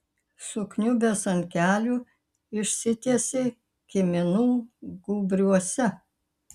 sukniubęs ant kelių išsitiesė kiminų gūbriuose